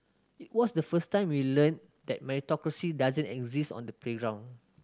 it was the first time we learnt that meritocracy doesn't exist on the playground